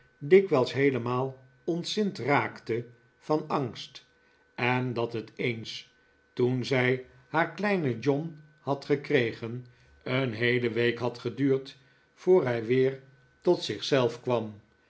dikwijls heelemaal ontzind raakte van angst en dat het eens toen zij haar kleinen john had gekregen een heele week had geduurd voor hij weer tot zich zelf kwam